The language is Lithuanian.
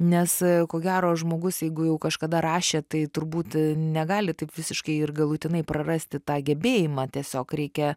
nes ko gero žmogus jeigu jau kažkada rašė tai turbūt negali taip visiškai ir galutinai prarasti tą gebėjimą tiesiog reikia